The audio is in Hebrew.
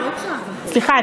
סליחה,